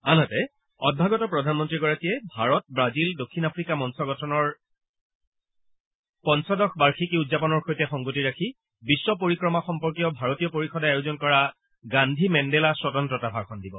আনহাতে অভ্যাগত প্ৰধানমন্ত্ৰীগৰাকীয়ে ভাৰত ৱাজিল দক্ষিণ আফ্ৰিকা মঞ্চ গঠনৰ বাৰ্ষিকী উদযাপনৰ সৈতে সংগতি ৰাখি বিশ্ব পৰিক্ৰমা সম্পৰ্কীয় ভাৰতীয় পৰিষদে আয়োজন কৰা গান্ধী মেণ্ডেলা স্বতন্ত্ৰতা ভাষণ দিব